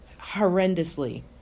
horrendously